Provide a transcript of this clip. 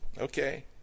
okay